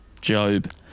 Job